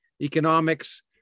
economics